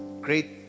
great